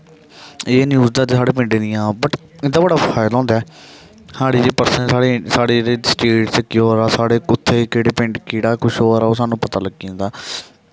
एह् न्यूज दसदे साढ़े पिंडे दियां बट इं'दा बड़ा फायदा होंदा ऐ साढ़े जेह् पर्सनल साढ़े जेह्ड़े स्टेट स्कोर ऐ साढ़े कु'त्थे कोह्डे पिंड केह्ड़ा कुछ होआ दा ओह् सानूं पता लग्गी जंदा